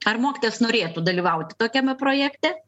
ar mokytojas norėtų dalyvauti tokiame projekte